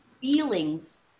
feelings